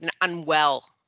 unwell